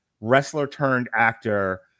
wrestler-turned-actor